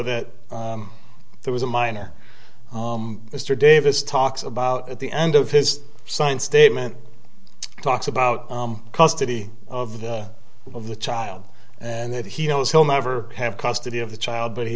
that there was a minor mr davis talks about at the end of his son statement talks about custody of the of the child and that he knows he'll never have custody of the child but he